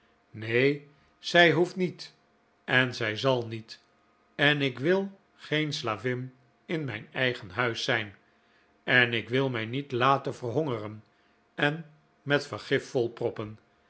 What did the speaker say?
nee zij hoeft niet en zij zal niet en ik wil geen slavin in mijn eigen huis zijn en ik wil mij niet lajen verhongeren en met vergif volproppen